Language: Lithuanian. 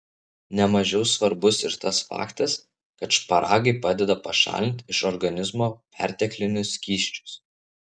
ne mažiau svarbus ir tas faktas kad šparagai padeda pašalinti iš organizmo perteklinius skysčius